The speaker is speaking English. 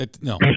No